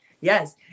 Yes